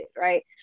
right